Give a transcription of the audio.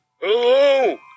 Hello